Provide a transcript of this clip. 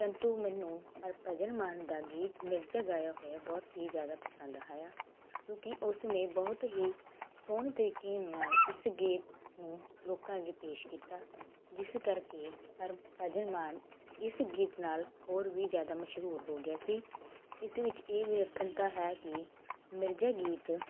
ਪ੍ਰੰਤੂ ਮੈਨੂੰ ਹਰਭਜਨ ਮਾਨ ਦਾ ਗੀਤ ਮਿਰਜਾ ਗਾਇਆ ਹੋਇਆ ਬਹੁਤ ਹੀ ਜਿਆਦਾ ਪਸੰਦ ਆਇਆ ਕਿਉਂਕਿ ਉਸ ਨੇ ਬਹੁਤ ਹੀ ਸੋਹਣੇ ਤਰੀਕੇ ਨਾਲ ਇਸ ਗੀਤ ਨੂੰ ਲੋਕਾਂ ਅੱਗੇ ਪੇਸ਼ ਕੀਤਾ ਜਿਸ ਕਰਕੇ ਹਰਭਜਨ ਮਾਨ ਇਸ ਗੀਤ ਨਾਲ ਹੋਰ ਵੀ ਜਿਆਦਾ ਮਸ਼ਹੂਰ ਹੋ ਗਿਆ ਸੀ ਇਸ ਵਿੱਚ ਇਹ ਵਿਲੱਖਣਤਾ ਹੈ ਕਿ ਮਿਰਜਾ ਗੀਤ